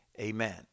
Amen